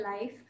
life